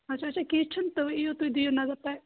اَچھا اَچھا کیٚنٛہہ چھُنٕہ تہٕ یِیِو تُہۍ دِیِو نَظَر پے